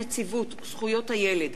הצעת חוק נציבות זכויות הילד,